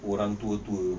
orang tua tua